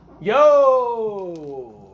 Yo